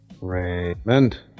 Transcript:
Raymond